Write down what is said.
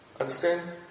Understand